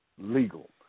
legal